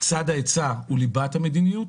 צד ההיצע הוא ליבת המדיניות,